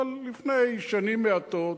אבל לפני שנים מעטות,